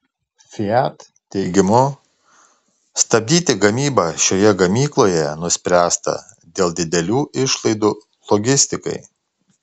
fiat teigimu stabdyti gamybą šioje gamykloje nuspręsta dėl didelių išlaidų logistikai